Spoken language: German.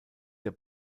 der